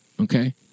okay